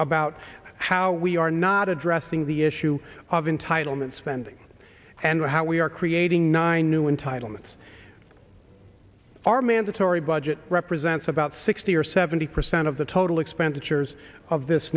about how we are not addressing the issue of entitlement spending and how we are creating nine new entitlements are mandatory budget represents about sixty or seventy percent of the total expenditures of this